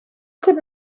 could